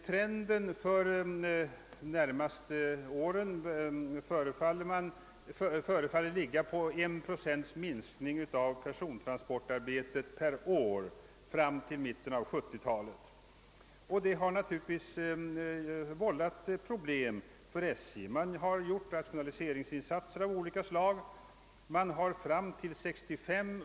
Trenden för de närmaste åren förefaller ligga på en procents minskning av persontransportarbetet per år fram till mitten av 1970-talet. Detta har naturligtvis vållat problem för SJ. Man har genomfört rationaliseringsinsatser av olika slag.